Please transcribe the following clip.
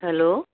hello